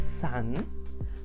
sun